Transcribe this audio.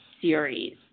series